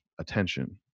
attention